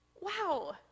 Wow